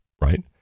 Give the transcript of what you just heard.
Right